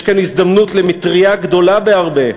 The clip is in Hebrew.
יש כאן הזדמנות למטרייה גדולה בהרבה,